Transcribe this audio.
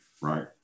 right